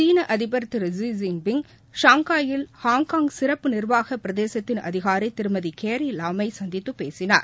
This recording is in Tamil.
சீன அதிபர் திரு ஸீ ஜின்பிய் ஷாங்காயில் ஹாங்காய் சிறப்பு நிர்வாக பிரதேசத்தின் அதிகாரி திருமதி கேரி லாமை சந்தித்து பேசினார்